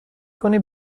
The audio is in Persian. کنی